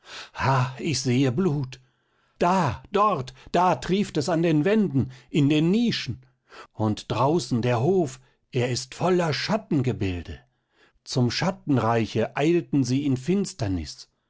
ich sehe blut da dort da trieft es an den wänden in den nischen und draußen der hof er ist voller schattengebilde zum schattenreiche eilten sie in finsternis